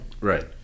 Right